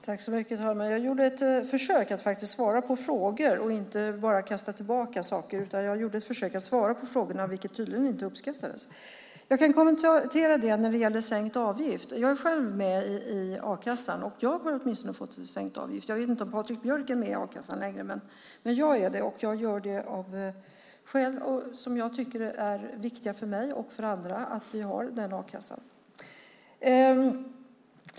Herr talman! Jag gjorde ett försök att faktiskt svara på frågor i stället för att bara kasta tillbaka saker. Mitt försök att svara på de ställda frågorna uppskattades tydligen inte. Jag kan kommentera detta med sänkt avgift. Jag är själv med i a-kassan, och jag har fått sänkt avgift. Jag vet inte om Patrik Björck längre är med i a-kassan. Jag är alltså med där, av skäl som är viktiga för mig och andra. Det är viktigt att vi har a-kassan.